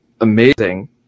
amazing